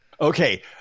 Okay